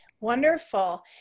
Wonderful